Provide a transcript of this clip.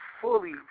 fully